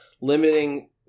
limiting